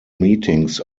meetings